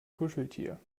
kuscheltier